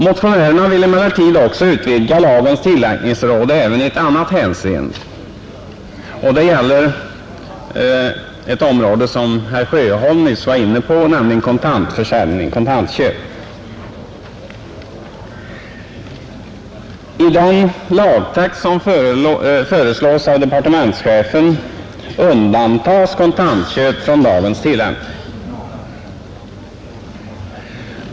Motionärerna vill emellertid också utvidga lagens tillämpningsområde även i ett annat hänseende, Det gäller ett område som herr Sjöholm nyss var inne på, nämligen kontantköp. I den lagtext som föreslås av departementschefen undantas kontantköp från lagens tillämpning.